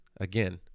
again